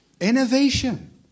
Innovation